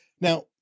Now